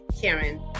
Karen